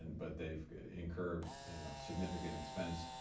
but they incur you know significant expense.